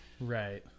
Right